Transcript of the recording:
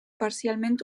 parcialment